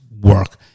work